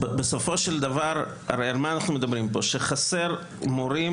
בסופו של דבר הרי אנחנו מדברים שחסר מורים